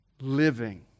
living